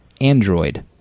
Android